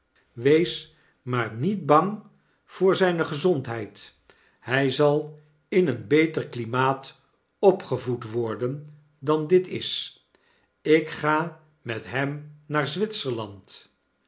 wees maar niet bang voor zyne gezondheid hy zal in een beter klimaat opgevoed worden dan dit is ik ga met hem naar